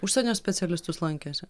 užsienio specialistus lankėsi